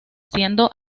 siendo